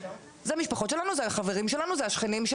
זה משפחות שלנו זה חברים שלנו זה השכנים,